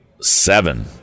seven